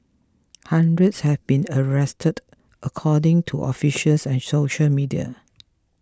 hundreds have been arrested according to officials and social media